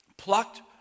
plucked